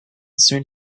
soon